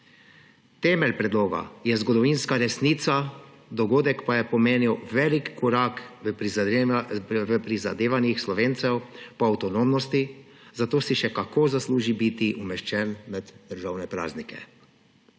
Temelj predloga je zgodovinska resnica, dogodek pa je pomenil velik korak v prizadevanjih Slovencev po avtonomnosti, zato si še kako zasluži biti umeščen med državne praznike.